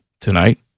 tonight